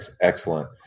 excellent